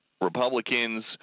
Republicans